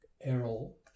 Errol